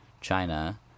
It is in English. China